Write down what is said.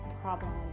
problem